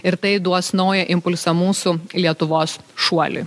ir tai duos naują impulsą mūsų lietuvos šuoliui